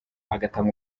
agatanga